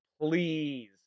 please